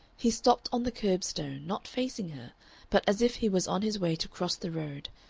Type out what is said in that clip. he stopped on the curb-stone, not facing her but as if he was on his way to cross the road,